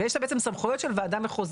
ויש לה בעצם סמכויות של וועדה מחוזית.